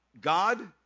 God